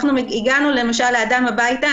הגענו למשל לאדם הביתה,